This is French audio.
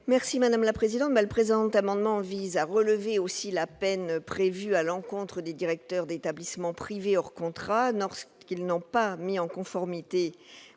Mme Françoise Laborde. Le présent amendement vise à relever la peine prévue à l'encontre des directeurs d'établissement privé hors contrat lorsqu'ils n'ont pas mis en conformité